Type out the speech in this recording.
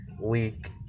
week